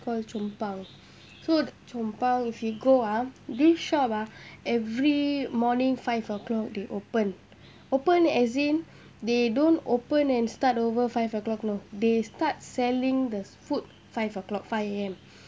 called chong pang so chong pang if you go ah this shop ah every morning five O'clock they open open as in they don't open and start over five O'clock lor they start selling the food five O'clock five A_M